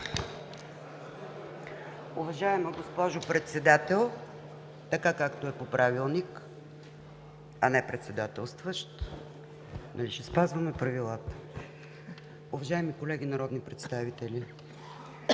Уважаема госпожо Председател, така както е по Правилник – а не Председателстващ! Нали ще спазваме правилата? Уважаеми колеги народни представители,